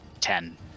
ten